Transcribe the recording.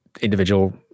individual